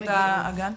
ומנהלת הגן?